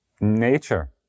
nature